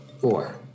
Four